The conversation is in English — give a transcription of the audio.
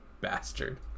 bastard